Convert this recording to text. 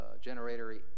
generator